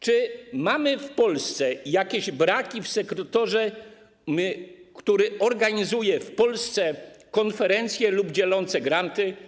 Czy mamy w Polsce jakieś braki w sektorze, który organizuje konferencje lub dzieli granty?